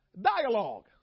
Dialogue